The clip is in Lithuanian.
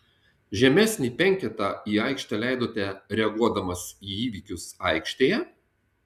žemesnį penketą į aikštę leidote reaguodamas į įvykius aikštėje